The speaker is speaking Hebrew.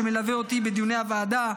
שמלווה אותי בדיוני הוועדה,